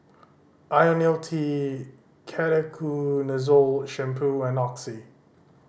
Ionil T Ketoconazole Shampoo and Oxy